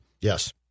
Yes